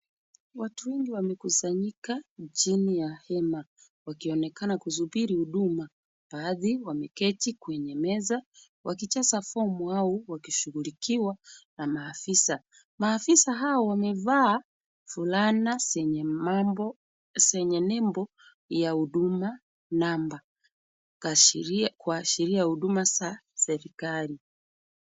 Watu wengi wamekusanyika chini ya hema wakionekana kusubiri huduma. Baadhi wameketi kwenye meza wakijaza fomu au wakishughulikiwa na maafisa. Maafisa hawa wamevaa fulana zenye nembo ya Huduma Namba kuashiria huduma za serikali.